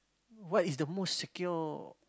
what is the most secure